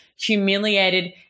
Humiliated